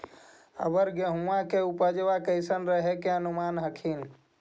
अबर गेहुमा के उपजबा कैसन रहे के अनुमान हखिन?